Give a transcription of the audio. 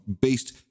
based